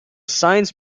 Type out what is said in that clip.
science